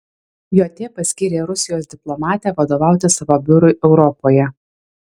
jt paskyrė rusijos diplomatę vadovauti savo biurui europoje